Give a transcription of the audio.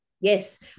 yes